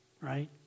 right